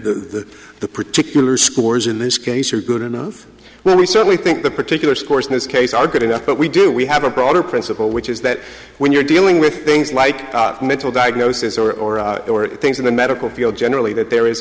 the the particular scores in this case are good enough where we certainly think the particular scores in this case are good enough but we do we have a broader principle which is that when you're dealing with things like mental diagnosis or things in the medical field generally that there is